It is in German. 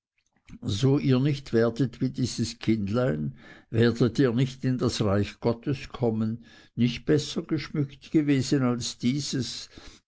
so ihr nicht werdet wie dieses kindlein werdet ihr nicht ins reich gottes kommen nicht besser geschmückt gewesen als dieses